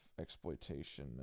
exploitation